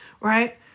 right